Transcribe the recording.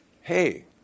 Hey